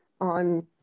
on